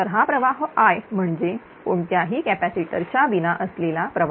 तर हा प्रवाह I म्हणजेच कोणत्याही कॅपॅसिटर च्या विना असलेला प्रवाह